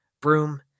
Broom